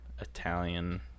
Italian